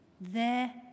There